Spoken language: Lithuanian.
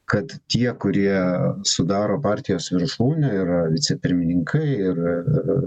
kad tie kurie sudaro partijos viršūnę yra vicepirmininkai ir